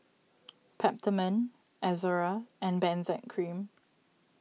Peptamen Ezerra and Benzac Cream